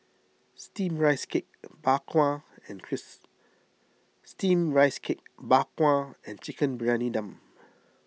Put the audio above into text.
Steamed Rice Cake Bak Kwa and Chris Steamed Rice Cake Bak Kwa and Chicken Briyani Dum